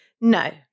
No